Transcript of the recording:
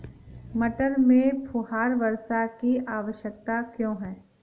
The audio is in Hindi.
मटर में फुहारा वर्षा की आवश्यकता क्यो है?